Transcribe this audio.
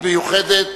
מי נגד?